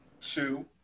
Two